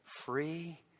free